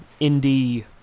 indie